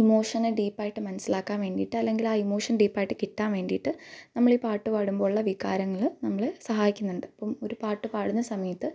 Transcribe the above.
ഇമോഷനെ deep ആയിട്ട് മനസ്സിലാക്കാൻ വേണ്ടിയിട്ട് അല്ലെങ്കിൽ ആ ഇമോഷൻ ഡീപ്പ് ആയിട്ട് കിട്ടാൻ വേണ്ടിയിട്ട് നമ്മൾ ഈ പാട്ട് പാടുമ്പോൾ ഉള്ള വികാരങ്ങൾ നമ്മളെ സഹായിക്കുന്നുണ്ട് ഒ ഒരു പാട്ട് പാടുന്ന സമയത്ത്